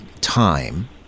time